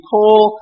Paul